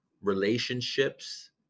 relationships